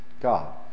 God